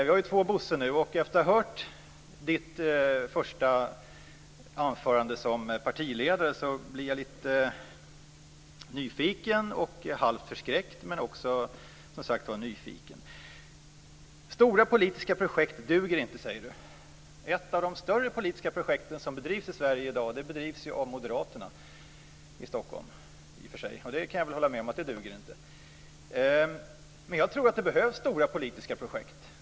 Vi har ju två Bosse nu. Efter att ha hört hans första anförande som partiledare blir jag lite nyfiken - halvt förskräckt, men också nyfiken. Stora politiska projekt duger inte, säger han. Ett av de större politiska projekt som bedrivs i Sverige i dag bedrivs av moderaterna - i Stockholm, i och för sig. Där kan jag hålla med: Det duger inte. Men jag tror att det behövs stora politiska projekt.